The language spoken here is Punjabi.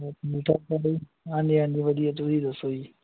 ਹਾਂਜੀ ਹਾਂਜੀ ਵਧੀਆ ਤੁਸੀਂ ਦੱਸੋ ਜੀ